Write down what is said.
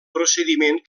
procediment